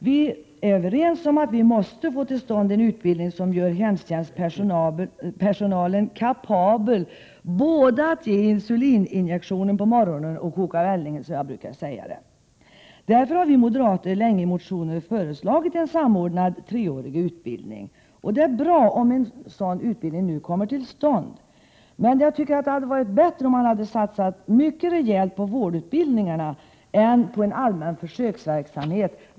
Vi är överens om att vi måste få till stånd en utbildning som gör hemtjänstpersonalen kapabel både att ge insulininjektionen på morgonen och att koka vällingen, som jag brukar uttrycka saken. Därför har vi moderater länge i motioner föreslagit en samordnad treårig utbildning. Det är bra om en sådan utbildning nu kommer till stånd. Jag tycker emellertid att det hade varit bättre om man satsat mera rejält på vårdutbildningarna än på en allmän försöksverksamhet.